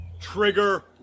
Trigger